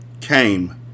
came